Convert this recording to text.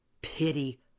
pity